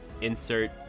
insert